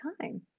time